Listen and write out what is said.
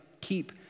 keep